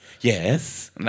yes